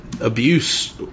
abuse